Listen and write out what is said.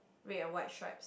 red and white stripes